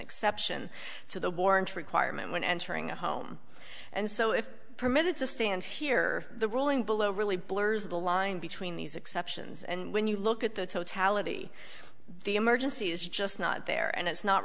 exception to the warrant requirement when entering a home and so if permitted to stand here the ruling below really blurs the line between these exceptions and when you look at the totality the emergency is just not there and it's not